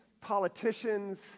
politicians